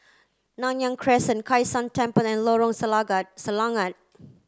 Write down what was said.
Nanyang Crescent Kai San Temple and Lorong Selangat